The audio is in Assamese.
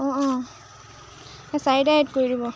অঁ অঁ এই চাৰিটাই এড কৰি দিব